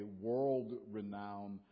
world-renowned